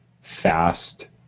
fast